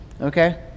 Okay